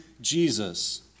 Jesus